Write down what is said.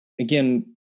again